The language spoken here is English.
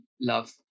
love